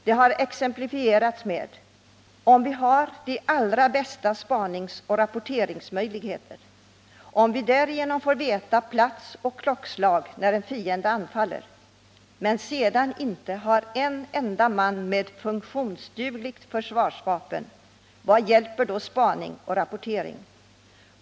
Man har exemplifierat detta på följande sätt: ”Om vi har de allra bästa spaningsoch rapporteringsmöjligheter, om vi därigenom får veta plats och klockslag när en fiende anfaller, men sedan inte har en enda man med funktionsdugligt försvarsvapen, vad hjälper då spaning och rapportering?